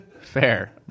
Fair